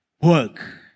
work